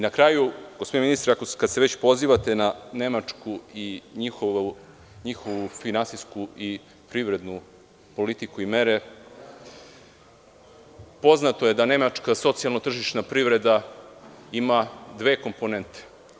Na kraju, gospodine ministre, ako se već pozivate na Nemačku i njihovu finansijsku i privrednu politiku i mere, poznato je da je Nemačka socijalno tržišna privreda koja ima dve komponente.